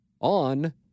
on